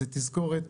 זו תזכורת